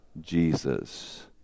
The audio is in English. Jesus